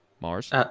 Mars